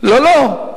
לא, לא.